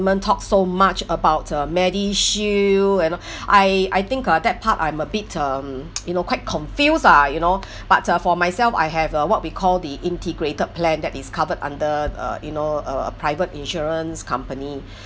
talk so much about uh medishield you know I I think uh that part I am a bit um you know quite confused ah you know but uh for myself I have uh what we call the integrated plan that is covered under uh you know uh private insurance company